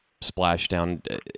splashdown